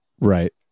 right